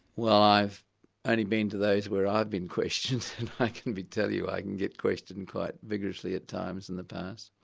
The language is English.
well i've only been to those where i've been questioned, and i can tell you, i can get questioned quite vigorously at times in the past.